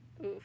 Oof